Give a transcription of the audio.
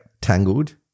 Tangled